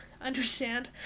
understand